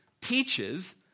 teaches